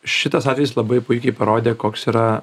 šitas atvejis labai puikiai parodė koks yra